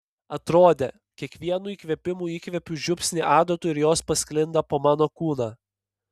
atrodė kiekvienu įkvėpimu įkvepiu žiupsnį adatų ir jos pasklinda po mano kūną